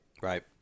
Right